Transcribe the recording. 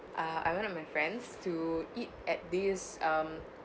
ah I went with my friends to eat at this um